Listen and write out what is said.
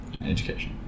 education